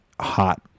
hot